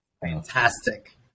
fantastic